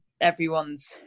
everyone's